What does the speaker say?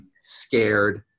scared